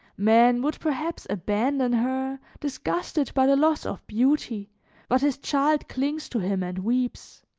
man would perhaps abandon her, disgusted by the loss of beauty but his child clings to him and weeps.